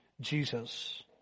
Jesus